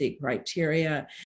criteria